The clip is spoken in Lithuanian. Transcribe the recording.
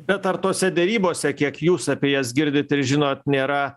bet ar tose derybose kiek jūs apie jas girdit ir žinot nėra